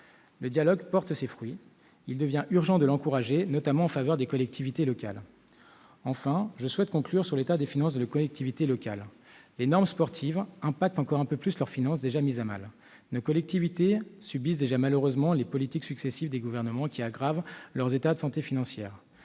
Le dialogue porte ses fruits. Il devient urgent de l'encourager, notamment en faveur des collectivités locales. Un mot, enfin, sur l'état des finances de nos collectivités locales. Les normes sportives impactent encore un peu plus ces finances déjà mises à mal- nos collectivités subissent en effet, malheureusement, les politiques successives des gouvernements qui aggravent leur état de santé financière.